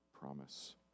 promise